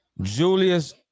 Julius